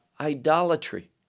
idolatry